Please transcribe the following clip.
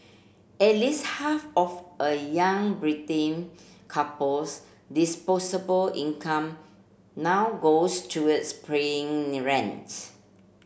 at least half of a young couple's disposable income now goes towards paying rent